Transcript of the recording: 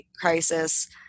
crisis